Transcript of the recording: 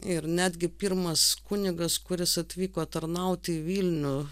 ir netgi pirmas kunigas kuris atvyko tarnaut į vilnių